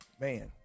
Man